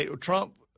Trump